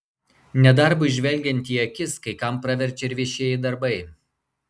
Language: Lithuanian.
nedarbui žvelgiant į akis kai kam praverčia ir viešieji darbai